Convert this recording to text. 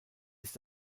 ist